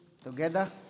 together